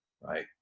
right